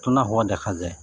ঘটনা হোৱা দেখা যায়